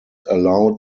allowed